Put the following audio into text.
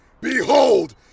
Behold